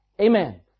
Amen